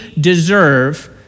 deserve